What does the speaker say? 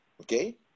Okay